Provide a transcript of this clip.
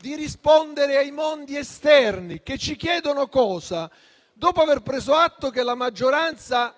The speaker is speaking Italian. di rispondere ai mondi esterni. Dopo aver preso atto che la maggioranza